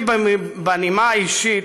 בנימה אישית,